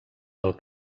del